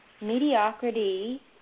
Mediocrity